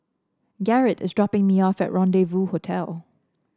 Garret is dropping me off at Rendezvous Hotel